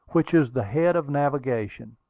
which is the head of navigation.